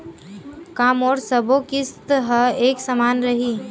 का मोर सबो किस्त ह एक समान रहि?